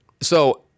So-